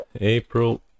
April